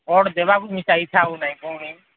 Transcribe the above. vote ଦେବାକୁ ବି ଇଚ୍ଛା ହେଉନାହିଁ ଭଉଣୀ